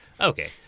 Okay